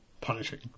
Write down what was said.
punishing